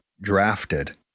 drafted